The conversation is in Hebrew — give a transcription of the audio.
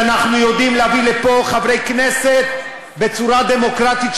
שאנחנו יודעים להביא לפה חברי כנסת בצורה דמוקרטית,